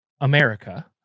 America